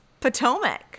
Potomac